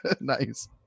Nice